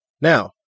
Now